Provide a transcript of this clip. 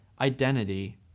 identity